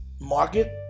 market